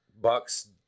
Bucks